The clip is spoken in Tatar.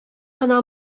кына